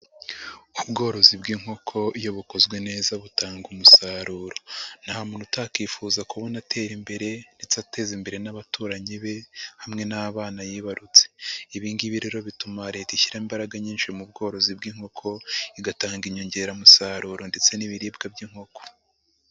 Ubworozi bw'inkoko iyo bukozwe neza butanga umusaruro. Nta muntu utakifuza kubona atera imbere ndetse ateza imbere n'abaturanyi be hamwe n'abana yibarutse. Ibi ngibi rero bituma leta ishyira imbaraga nyinshi mu bworozi bw'inkoko, igatanga inyongeramusaruro ndetse n'ibiribwa by'inkoko.